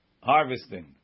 harvesting